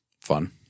fun